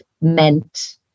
meant